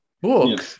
book